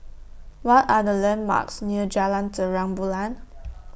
What Are The landmarks near Jalan Terang Bulan